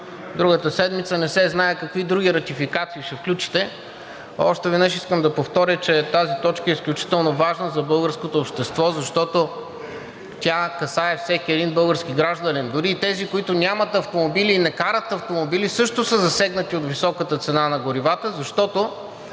Другата седмица не се знае какви други ратификации ще включите. Още веднъж искам да повторя, че тази точка е изключително важна за българското общество, защото тя касае всеки един български граждани. Дори и тези, които нямат автомобили и не карат автомобили, също са засегнати от високата цена на горивата, защото